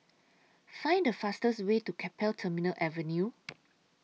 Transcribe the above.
Find The fastest Way to Keppel Terminal Avenue